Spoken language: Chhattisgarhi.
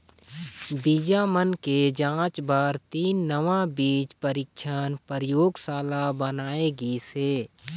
बीजा मन के जांच बर तीन नवा बीज परीक्छन परयोगसाला बनाए गिस हे